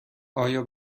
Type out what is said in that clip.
آیا